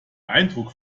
eindruck